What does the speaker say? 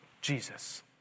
Jesus